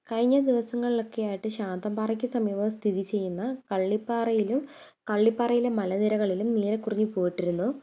കഴിഞ്ഞ ദിവസങ്ങളിലൊക്കെയായിട്ട് ശാന്തം പാറക്ക് സമീപം സ്ഥിതിചെയ്യുന്ന കള്ളിപ്പാറയിലും കള്ളിപ്പാറയിലെ മലനിരകളിലും നീലകുറിഞ്ഞി പൂവിട്ടിരിന്നു